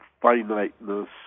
finiteness